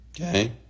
Okay